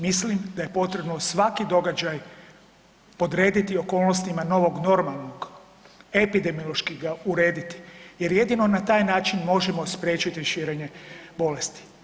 Mislim da je potrebno svaki događaj podrediti okolnostima novog normalnog, epidemiološki ga urediti jer jedino na taj način možemo spriječiti širenje bolesti.